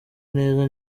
neza